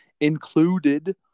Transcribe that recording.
included